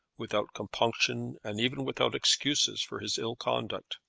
without compunctions, and even without excuses for his ill-conduct.